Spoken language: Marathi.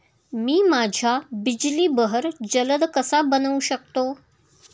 मी माझ्या बिजली बहर जलद कसा बनवू शकतो?